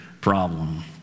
problem